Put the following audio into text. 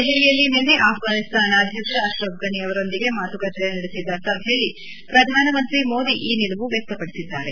ದೆಹಲಿಯಲ್ಲಿಂದು ಅಪ್ಪಾನಿಸ್ತಾನ ಅಧ್ಯಕ್ಷ ಅಶ್ರಫ್ ಫನಿ ಅವರೊಂದಿಗೆ ಮಾತುಕತೆ ನಡೆಸಿದ ಸಭೆಯಲ್ಲಿ ಪ್ರಧಾನಮಂತ್ರಿ ಮೋದಿ ಈ ನಿಲುವು ವ್ಯಕ್ತಪಡಿಸಿದ್ದಾರೆ